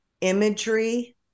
imagery